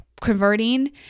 converting